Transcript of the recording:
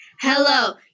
Hello